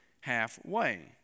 halfway